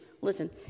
Listen